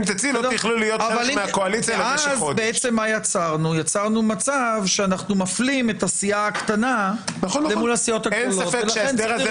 ואז יצרנו בעצם מצב שאנו מפלים את הסיעה הקטנה מול אלה הגדולות.